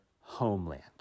homeland